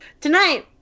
Tonight